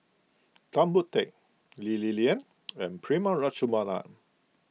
Tan Boon Teik Lee Li Lian and Prema Letchumanan